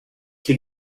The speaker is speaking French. qui